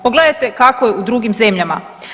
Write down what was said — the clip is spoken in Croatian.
Pogledajte kako je u drugim zemljama.